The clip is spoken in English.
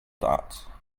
that